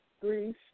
grief